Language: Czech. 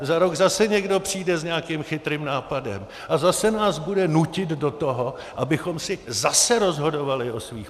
Za rok zase někdo přijde s nějakým chytrým nápadem a zase nás bude nutit do toho, abychom si zase rozhodovali o svých platech.